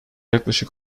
yaklaşık